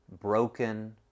broken